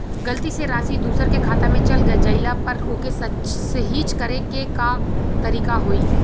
गलती से राशि दूसर के खाता में चल जइला पर ओके सहीक्ष करे के का तरीका होई?